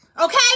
okay